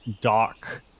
dock